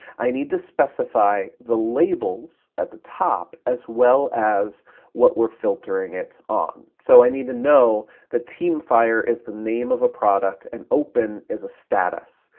i need to specify the labels at the top, as well as what we're filtering it on. so i need to know that teamfire is the name of a product and open is a status.